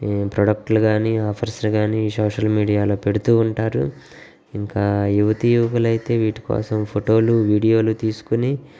ప్రోడక్ట్లు కానీ ఆఫర్స్ కానీ ఈ సోషల్ మీడియాలో పెడుతు ఉంటారు ఇంకా యువతీ యువకులైతే వీటి కోసం ఫోటోలు వీడియోలు తీసుకుని